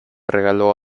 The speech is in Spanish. regaló